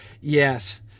Yes